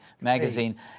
magazine